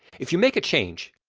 if you make a change,